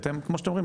כמו שאתם אומרים,